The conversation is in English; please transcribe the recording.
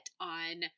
on